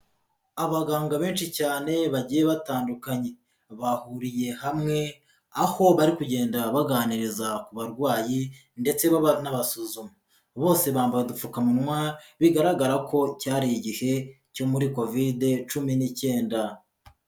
Abaganga benshi cyane bagiye batandukanye, bahuriye hamwe aho bari kugenda baganiriza barwayi ndetse banabasuzuma, bose bambaye udupfukamunwa bigaragara ko cyari igihe cyo muri kovide cumi n'icyenda.